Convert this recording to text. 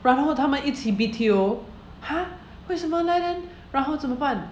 然后他们一起 B_T_O !huh! 为什么 leh 然后怎么办